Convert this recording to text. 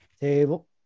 Table